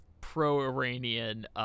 pro-Iranian